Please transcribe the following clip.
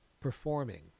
performing